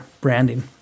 branding